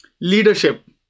Leadership